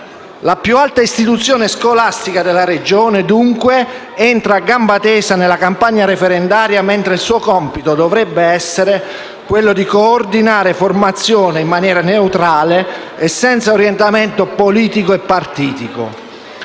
La più alta istituzione scolastica della Regione, dunque, entra a gamba tesa nella campagna referendaria, mentre il suo compito dovrebbe essere quello di coordinare la formazione in maniera neutrale e senza orientamento politico e partitico.